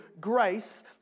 grace